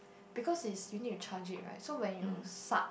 because is you need to charge it right so when you suck